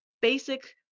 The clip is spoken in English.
basic